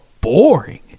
boring